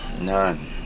None